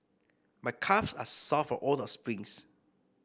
my calves are sore from all the sprints